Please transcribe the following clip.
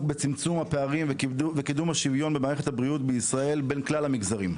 בצמצום הפערים וקידום השוויון במדינת ישראל בין כלל המגזרים,